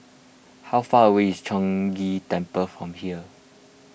how far away is Chong Ghee Temple from here